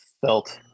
felt